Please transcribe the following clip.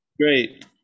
great